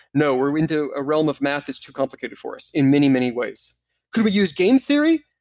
no, we're into a realm of math that's too complicated for us, in many, many ways could we use game theory?